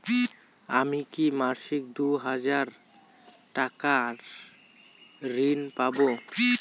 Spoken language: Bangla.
আমি কি মাসিক দুই হাজার টাকার ঋণ পাব?